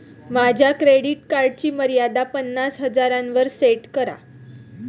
माझ्या क्रेडिट कार्डची मर्यादा पन्नास हजारांवर सेट करा